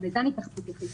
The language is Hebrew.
וגם לזה תיכף אתייחס,